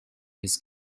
his